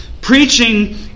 Preaching